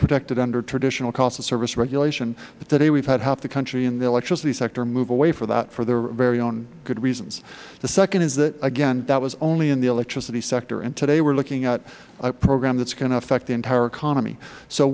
protected under traditional cost of service regulation today we have had half the country in the electricity sector move away from that for their very own good reasons the second is that again that was only in the electricity sector and today we're looking at a program that is going to affect the entire economy so